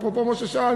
אפרופו מה ששאלת,